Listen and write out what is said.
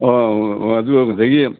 ꯑꯗꯣ ꯉꯁꯥꯏꯒꯤ